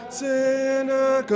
sinner